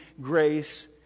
grace